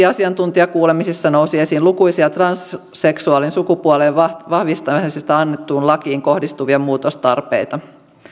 asiantuntijakuulemisissa nousi esiin erityisesti lukuisia transseksuaalin sukupuolen vahvistamisesta annettuun lakiin kohdistuvia muutostarpeita